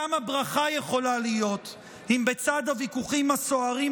כמה ברכה יכולה להיות אם בצד הוויכוחים הסוערים,